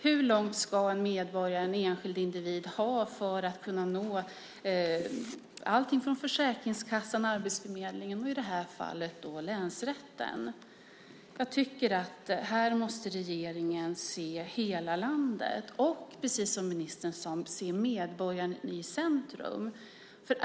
Hur långt ska en medborgare, en enskild individ, ha till att kunna nå allt från Försäkringskassan och Arbetsförmedlingen till i det här fallet länsrätten? Här måste regeringen se till hela landet och sätta medborgaren i centrum.